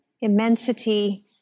immensity